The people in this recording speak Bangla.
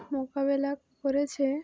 মোকাবেলা করেছে